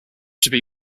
should